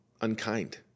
unkind